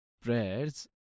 prayers